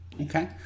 okay